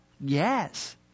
Yes